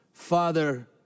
Father